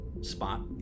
spot